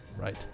Right